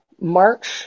march